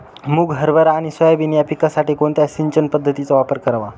मुग, हरभरा आणि सोयाबीन या पिकासाठी कोणत्या सिंचन पद्धतीचा वापर करावा?